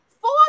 four